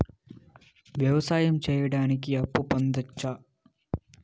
వ్యవసాయం సేయడానికి అప్పు పొందొచ్చా?